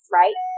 right